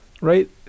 right